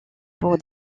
pour